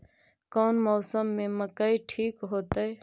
कौन मौसम में मकई ठिक होतइ?